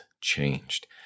changed